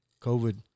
COVID